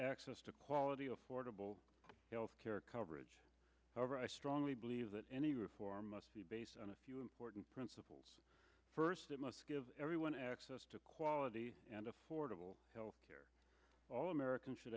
access to quality affordable health care coverage however i strongly believe that any reform must be based on a few important principles first that must give everyone access to quality and affordable health care all americans should